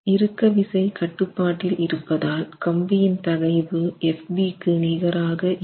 இறுக்க விசை கட்டுப்பாட்டில் இருப்பதால் கம்பியின் தகைவு Fb க்கு நிகராக இருக்கும்